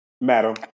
Madam